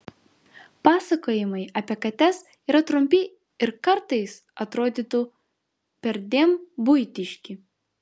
pasakojimai apie kates yra trumpi ir kartais atrodytų perdėm buitiški